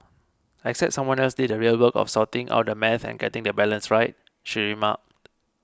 except someone else did the real work of sorting out the maths and getting the balance right she remarked